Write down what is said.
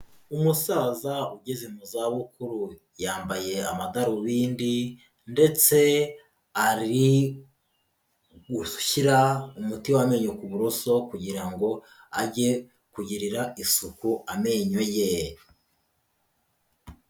Umusaza ugeze mu zabukuru, yambaye amadarubindi ndetse ari gushyira umuti wamenyo ku buroso kugira ngo ajye kugirira isuku amenyo ye.